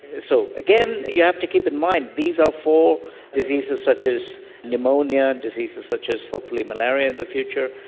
so again, you have to keep in mind these are for diseases such as pneumonia, diseases such as hopefully malaria in the future.